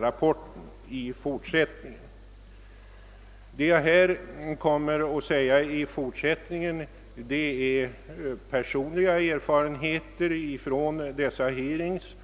rapporten i fortsättningen. Det jag kommer att säga i det följande är personliga erfarenheter från dessa hearings.